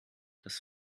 das